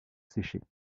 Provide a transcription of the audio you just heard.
séchées